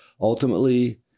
ultimately